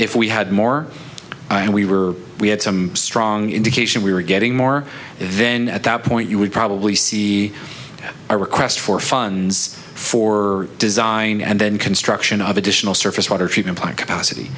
if we had more and we were we had some strong indication we were getting more then at that point you would probably see a request for funds for design and then construction of additional surface water treatment plant capacity